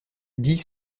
dit